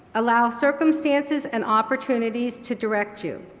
allow circumstances and opportunities to direct you.